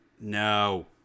No